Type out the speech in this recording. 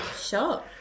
sure